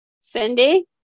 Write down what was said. Cindy